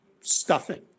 stuffing